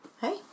Hey